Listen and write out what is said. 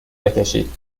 بکشید